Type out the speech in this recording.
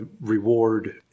reward